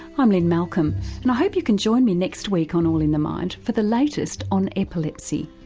i'm lynne malcolm and i hope you can join me next week on all in the mind for the latest on epilepsy.